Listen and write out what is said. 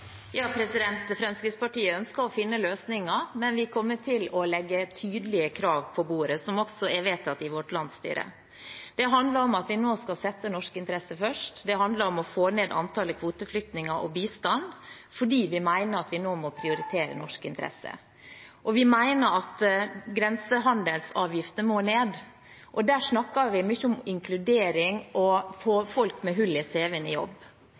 Fremskrittspartiet ønsker å finne løsninger, men vi kommer til å legge tydelige krav på bordet, som også er vedtatt av vårt landsstyre. Det handler om at vi nå skal sette norske interesser først. Det handler om å få ned antallet kvoteflyktninger og bistanden, fordi vi mener at vi nå må prioritere norske interesser. Og vi mener at grensehandelsavgiftene må ned. Der snakker vi mye om inkludering og å få folk med hull i cv-en i jobb.